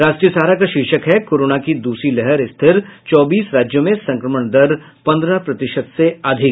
राष्ट्रीय सहारा का शीर्षक है कोरोना की दूसरी लहर स्थिर चौबीस राज्यों में संक्रमण दर पंद्रह प्रतिशत से अधिक